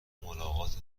ملاقات